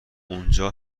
اونجا